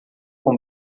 com